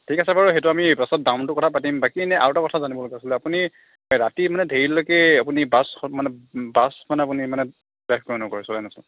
ঠিক আছে বাৰু সেইটো আমি পিছত দামটোৰ কথা পাতিম বাকী এনে আৰু এটা কথা জানিব লগা আছিলে আপুনি ৰাতি মানে দেৰিলৈকে আপুনি বাছখন মানে বাছ মানে আপুনি মানে ড্ৰাইভ কৰে নে নকৰে চলাই নচলাই